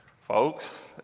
folks